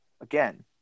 Again